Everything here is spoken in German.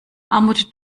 armut